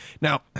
Now